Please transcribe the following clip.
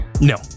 No